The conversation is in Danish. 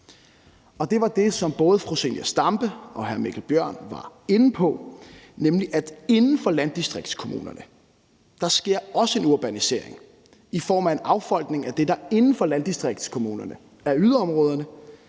Det var det, som både fru Zenia Stampe og hr. Mikkel Bjørn var inde på, nemlig at der inden for landdistriktskommunerne også sker en urbanisering i form af en affolkning af det, der inden for landdistriktskommunerne er yderområderne,